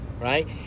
right